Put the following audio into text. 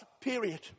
period